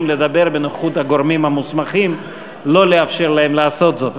לדבר בנוכחות הגורמים המוסמכים לעשות זאת.